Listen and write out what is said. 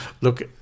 Look